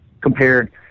compared